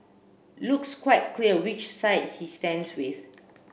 looks quite clear which side he stands with